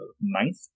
ninth